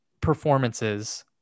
performances